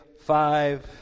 five